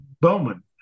Bowman